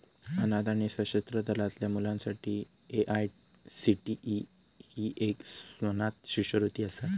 अनाथ आणि सशस्त्र दलातल्या मुलांसाठी ए.आय.सी.टी.ई ही एक स्वनाथ शिष्यवृत्ती असा